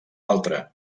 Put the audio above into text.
altre